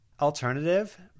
Alternative